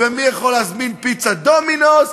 ומי יכול להזמין "פיצה דומינו'ס",